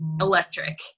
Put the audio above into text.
electric